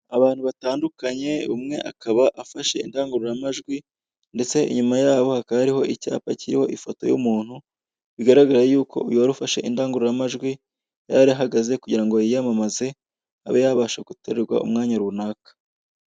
Abantu batandukanye umwe akaba afashe indangururamajwi ndetse inyuma yaho hakaba hariho icyapa kiriho ifoto y'umuntu, bigaragara yuko uyu warufashe indangururamajwi yarahagaze kugira ngo yiyamamaze abe yabasha gutorerwa umwanya runaka.